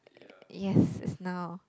yes now